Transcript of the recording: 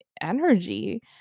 energy